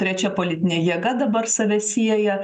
trečia politine jėga dabar save sieja